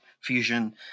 fusion